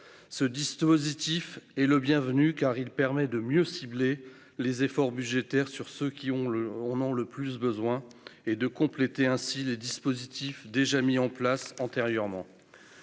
Ce dispositif est bienvenu, car il permet de mieux cibler les efforts budgétaires sur ceux qui en ont le plus besoin en complétant les dispositifs mis en place antérieurement.